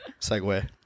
Segue